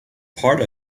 part